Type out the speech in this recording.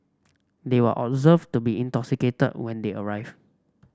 they were observed to be intoxicated when they arrived